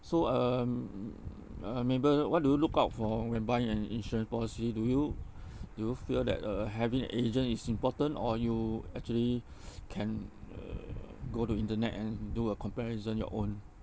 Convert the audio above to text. so um uh mabel what do you look out for when buying an insurance policy do you do you feel that uh having an agent is important or you actually can uh go to internet and do a comparison your own